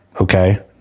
Okay